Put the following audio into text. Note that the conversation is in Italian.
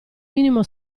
minimo